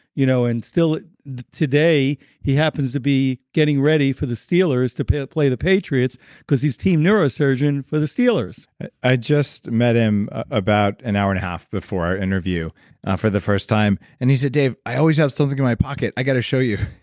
you know and still today he happens to be getting ready for the steelers to play play the patriots because he's team neurosurgeon for the steelers i just met him about an hour and a half before our interview ah for the first time. and he said dave, i always have something in my pocket. i got to show you.